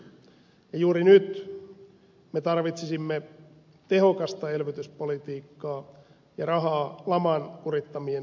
juuri nyt me tarvitsisimme tehokasta elvytyspolitiikkaa ja rahaa laman kurittamien huolenpitoon